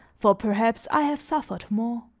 for perhaps i have suffered more.